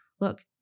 look